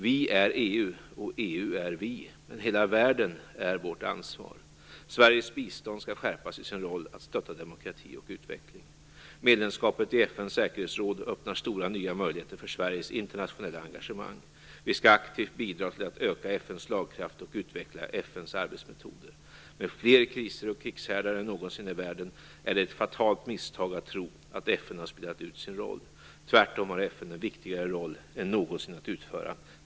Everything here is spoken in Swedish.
Vi är EU och EU är vi, men hela världen är vårt ansvar. Sveriges bistånd skall skärpas i sin roll att stötta demokrati och utveckling. Medlemskapet i FN:s säkerhetsråd öppnar stora nya möjligheter för Sveriges internationella engagemang. Vi skall aktivt bidra till att öka FN:s slagkraft och utveckla FN:s arbetsmetoder. Med fler kriser och krigshärdar än någonsin i världen är det ett fatalt misstag att tro att FN har spelat ut sin roll. Tvärtom har FN en viktigare roll än någonsin att utföra.